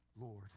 Lord